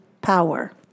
power